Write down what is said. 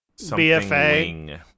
BFA